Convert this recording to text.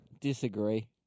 Disagree